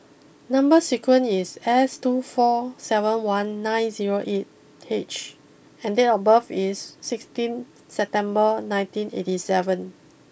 number sequence is S two four seven one nine zero eight H and date of birth is sixteen September nineteen eighty seven